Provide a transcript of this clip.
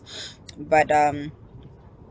but um